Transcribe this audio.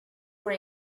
were